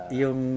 yung